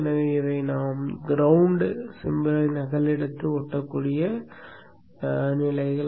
எனவே இவை நாம் கிரௌண்ட் சின்னத்தை நகலெடுத்து ஒட்டக்கூடிய நிலைகள்